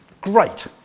great